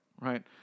right